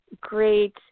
great